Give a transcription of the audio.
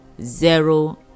zero